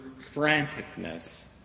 franticness